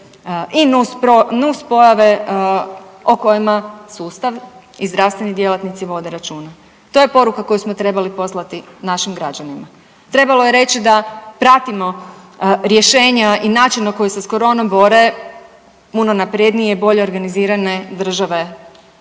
i nuspojave o kojima sustav i zdravstveni djelatnici vode računa. To je poruka koju smo trebali poslati našim građanima. Trebalo je reći da pratimo rješenja i način na koji se s koronom bore puno naprednije i bolje organizirane države